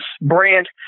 brand